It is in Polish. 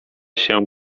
się